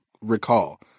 recall